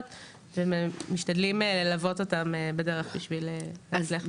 ומשתדלים ללוות אותם בדרך בשביל לשלוח.